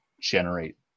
generate